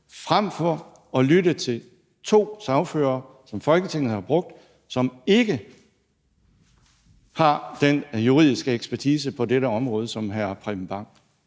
frem for at lytte til to sagførere, som Folketinget har brugt, og som ikke har den juridiske ekspertise på dette område, som hr. Preben Bang